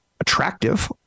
attractive